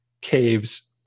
caves